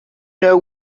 know